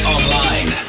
Online